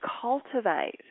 cultivate